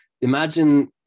Imagine